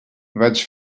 vaig